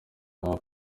pass